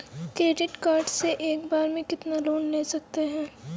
Credit card से एक बार में कितना लोन ले सकते हैं?